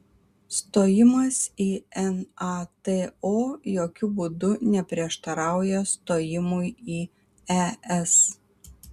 stojimas į nato jokiu būdu neprieštarauja stojimui į es